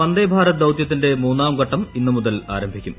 വന്ദേ ഭാരത് ദൌത്യത്തിന്റെ മൂന്നാം ജിട്ടും ഇന്നുമുതൽ ആരംഭിക്കും